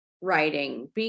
writing